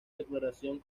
declaración